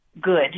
good